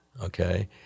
okay